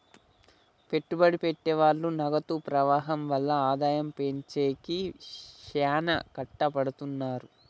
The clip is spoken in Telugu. పెట్టుబడి పెట్టె వాళ్ళు నగదు ప్రవాహం వల్ల ఆదాయం పెంచేకి శ్యానా కట్టపడతారు